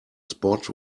spot